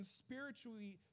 spiritually